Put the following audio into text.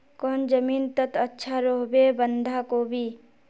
कौन जमीन टत अच्छा रोहबे बंधाकोबी?